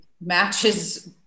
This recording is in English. matches